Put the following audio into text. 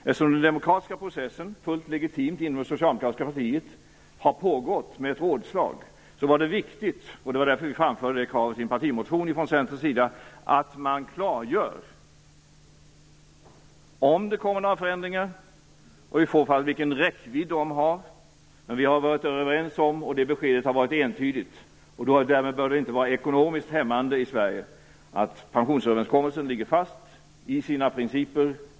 Eftersom den demokratiska processen inom det socialdemokratiska partiet har pågått fullt legitimt med ett rådslag är det viktigt, och det var därför vi framförde det kravet i en partimotion från Centerns sida, att man klargör om det kommer några förändringar och i så fall vilken räckvidd de har. De fem partier som har slutit denna överenskommelse har varit överens om att pensionsöverenskommelsen ligger fast i sina principer.